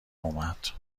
اومد